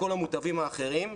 כל המוטבים האחרים,